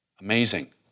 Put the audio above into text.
Amazing